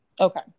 Okay